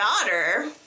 daughter